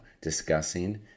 discussing